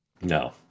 No